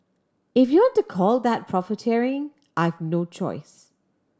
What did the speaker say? if you to call that profiteering I've no choice